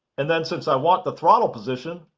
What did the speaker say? and then, since i want the throttle position,